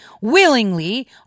willingly